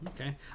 Okay